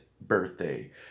birthday